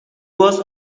voz